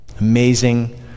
Amazing